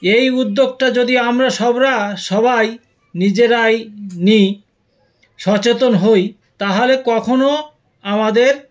এই উদ্যোগটা যদি আমরা সবরা সবাই নিজেরাই নিই সচেতন হই তাহলে কখনো আমাদের